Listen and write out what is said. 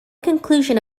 conclusion